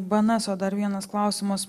bnso o dar vienas klausimas